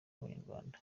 b’abanyarwanda